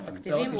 התקציבים הוקצו.